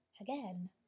again